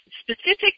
specific